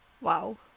Wow